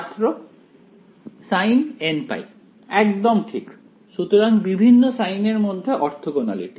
ছাত্র sinnπ একদম ঠিক সুতরাং বিভিন্ন সাইন এর মধ্যে অর্থগণালিটি